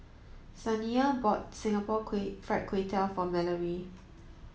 Saniya bought Singapore Kway Fried Kway Tiao for Mallory